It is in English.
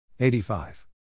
85